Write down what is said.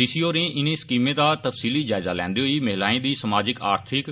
D C होरें इनें स्कीमें दा तफसीली जायजा लैंदे होई महिलाएं दी समाजिक आर्थिक